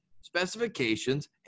specifications